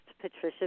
Patricia